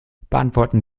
beantworten